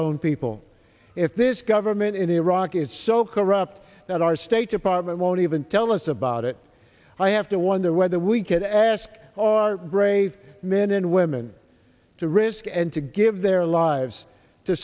own people if this government in iraq is so corrupt that our state department won't even tell us about it i have to wonder whether we can ask our brave men and women to risk and to give their lives to